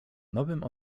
nowym